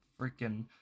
freaking